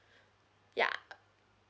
ya